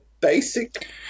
Basic